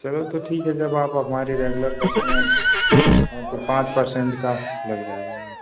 चलो तो ठीक है जब आप हमारे रेगुलर कश्टमर हैं तो पाँच परसेंट का लग जाएगा मैम